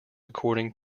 according